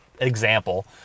example